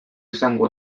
izango